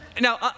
Now